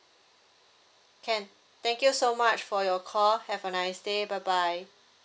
can thank you so much for your call have a nice day bye bye